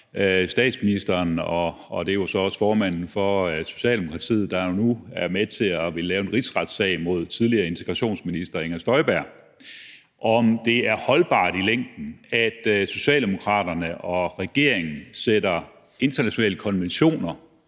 statsministeren, og det er jo så også formanden for Socialdemokratiet, der jo nu er med til at ville lave en rigsretssag mod tidligere integrationsminister Inger Støjberg, om det er holdbart i længden, at Socialdemokraterne og regeringen sætter internationale konventioner